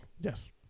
Yes